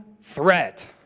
threat